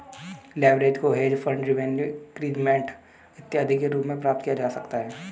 leverage को hedge fund revenue increasement इत्यादि के रूप में प्राप्त किया जा सकता है